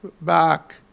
back